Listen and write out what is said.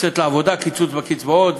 לצאת לעבודה, הקיצוץ בקצבאות.